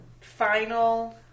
final